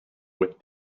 with